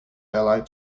allied